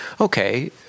okay